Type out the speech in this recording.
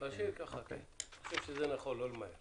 אני חושב שזה נכון, לא למהר.